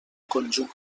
conjunt